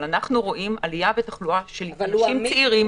אבל אנחנו רואים עלייה בתחלואה של אנשים צעירים,